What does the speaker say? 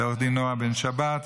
עו"ד נעה בן שבת,